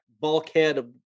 bulkhead